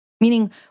Meaning